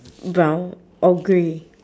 brown or grey